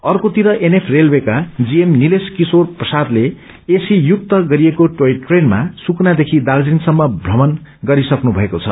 आर्केतिर NF रेलवेका GM Nilesh कियोर प्रसादले एसी युक्त गरिएको टोय ट्रेनमा सुकुनादेखि दार्जीलिङ समम भ्रमण गरिसक्नु भएको छ